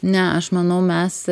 ne aš manau mes